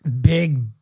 big